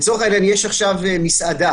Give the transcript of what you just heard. לצורך העניין, נניח שיש מסעדה